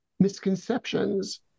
misconceptions